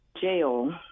jail